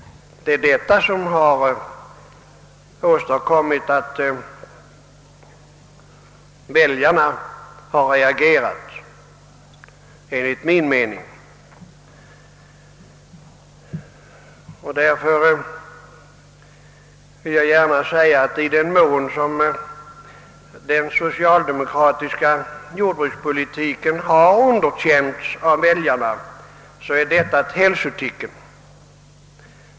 Det var enligt min mening detta som gjorde att väljarna reagerade. Därför vill jag gärna säga att i den mån som den socialdemokratiska jordbrukspolitiken har underkänts av väljarna är detta ett hälsotecken.